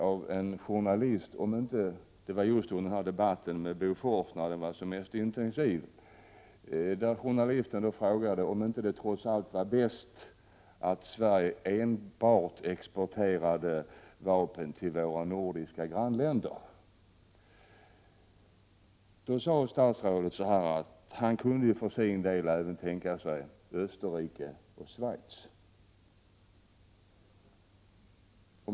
I en TV-intervju, som gjordes när debatten om Bofors var som mest intensiv, fick statsministern frågan om det inte trots allt var bäst att Sverige exporterade vapen enbart till våra nordiska grannländer. Statsministern svarade att han för sin del kunde tänka sig export även till Österrike och Schweiz.